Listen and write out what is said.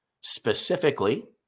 specifically